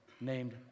named